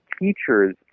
teachers